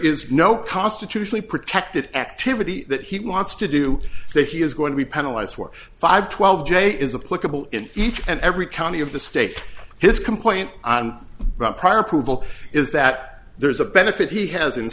is no constitutionally protected activity that he wants to do that he is going to be penalize for five twelve j is a political each and every county of the state his complaint about prior approval is that there's a benefit he has in